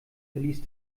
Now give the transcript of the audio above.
verließ